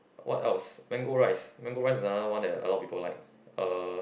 what else mango rice mango rice is another one that a lot of people like uh